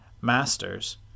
Masters